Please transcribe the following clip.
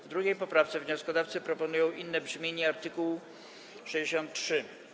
W 2. poprawce wnioskodawcy proponują inne brzmienie art. 63.